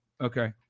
Okay